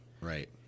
right